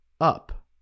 up